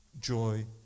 joy